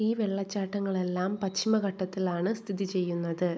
ഈ വെള്ളച്ചാട്ടങ്ങളെല്ലാം പശ്ചിമഘട്ടത്തിലാണ് സ്ഥിതി ചെയ്യുന്നത്